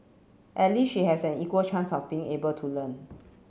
at least she has an equal chance of being able to learn